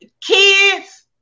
kids